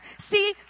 See